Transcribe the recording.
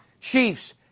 Chiefs